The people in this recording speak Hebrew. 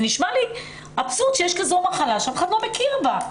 זה נשמע לי אבסורד שיש כזו מחלה שאף אחד לא מכיר בה,